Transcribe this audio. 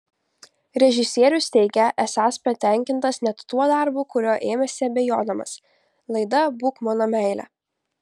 režisierius teigia esąs patenkintas net tuo darbu kurio ėmėsi abejodamas laida būk mano meile